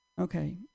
Okay